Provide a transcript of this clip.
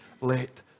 let